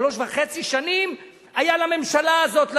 שלוש שנים וחצי היו לממשלה הזאת לדון.